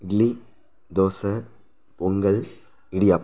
idli dosa pongal idiyappam